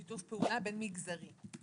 שיתוף פעולה בין מגזרי.